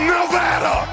Nevada